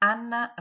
Anna